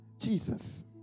Jesus